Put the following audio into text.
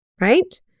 Right